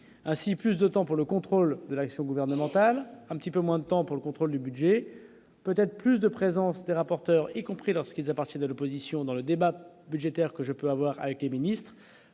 ainsi plus de temps pour le contrôle de l'action gouvernementale, un petit peu moins de temps pour le contrôle du budget peut-être plus de présence des rapporteurs, y compris lorsqu'ils appartiennent à l'opposition dans le débat budgétaire que je peux avoir avec les ministres-voilà